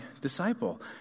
disciple